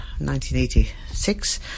1986